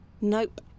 Nope